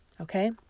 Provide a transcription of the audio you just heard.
Okay